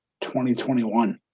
2021